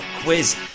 Quiz